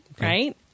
Right